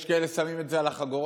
יש כאלה ששמים את זה על החגורות,